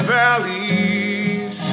valleys